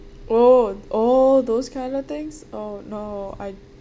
oh oh those kind of things oh no I